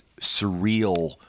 surreal